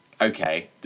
okay